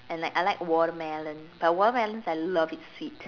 and like I like watermelons but watermelons I love it sweet